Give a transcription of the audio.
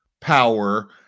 power